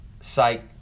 site